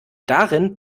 darin